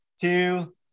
two